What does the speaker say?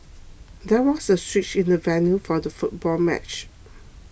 there was a switch in the venue for the football match